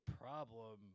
problem